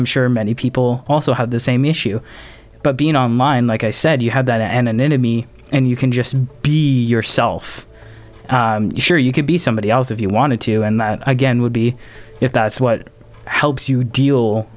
i'm sure many people also have the same issue but being online like i said you had that and an enemy and you can just be yourself sure you could be somebody else if you wanted to and that again would be if that's what helps you deal